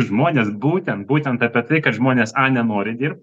žmonės būtent būtent apie tai kad žmonės a nenori dirbt